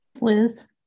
Liz